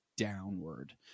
downward